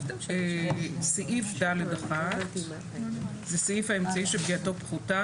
סעיף (ד1) זה סעיף האמצעי שפגיעתו פחותה.